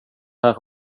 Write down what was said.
här